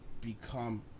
become